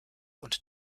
und